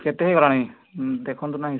କେତେ ହୋଇଗଲାଣି ଦେଖନ୍ତୁ ନା